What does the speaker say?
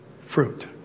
fruit